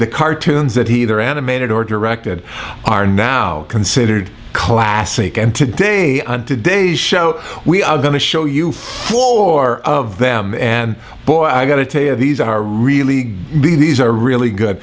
the cartoons that he either animated or directed are now considered classic and today on today's show we are going to show you four of them and boy i got to tell you these are really be these are really good